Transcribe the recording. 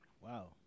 wow